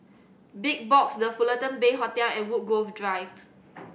Big Box The Fullerton Bay Hotel and Woodgrove Drive